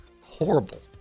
horrible